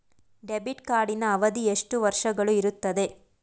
Debit ಕಾರ್ಡಿನ ಅವಧಿ ಎಷ್ಟು ವರ್ಷಗಳು ಇರುತ್ತದೆ?